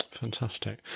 Fantastic